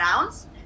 ounce